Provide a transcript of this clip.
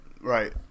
right